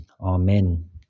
amen